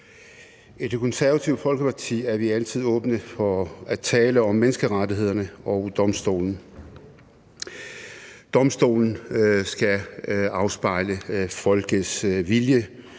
I Det Konservative Folkeparti er vi altid åbne for at tale om menneskerettighederne og domstolene. Menneskerettighedsdomstolen skal afspejle folkets vilje,